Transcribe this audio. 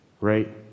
right